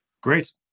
Great